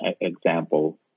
example